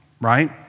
right